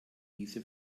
diese